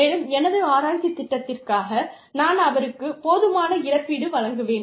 மேலும் எனது ஆராய்ச்சித் திட்டத்திற்காக நான் அவருக்கு போதுமான இழப்பீடு வழங்குவேன்